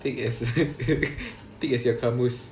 thick as thick as your kamus